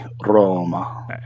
Roma